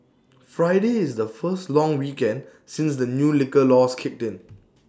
Friday is the first long weekend since the new liquor laws kicked in